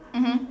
mmhmm